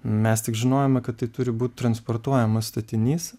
mes tik žinojome kad tai turi būt transportuojamas statinys